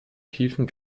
tiefen